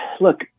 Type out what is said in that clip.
look